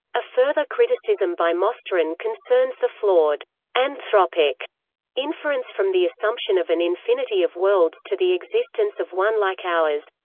a further criticism by mosterin concerns the flawed anthropic inference from the assumption of an infinity of worlds to the existence of one like ours